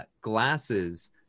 glasses